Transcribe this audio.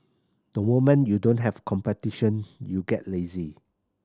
the moment you don't have competition you get lazy